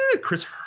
chris